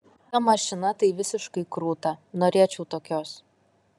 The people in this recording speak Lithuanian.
ta mašina tai visiškai krūta norėčiau tokios